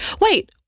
Wait